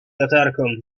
latarką